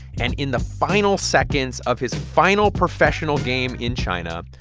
and in the final seconds of his final professional game in china,